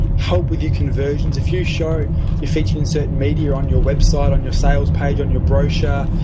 help with your conversions, if you show you're featured in certain media on your website, on your sales page, on your brochure,